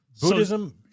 Buddhism